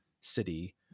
city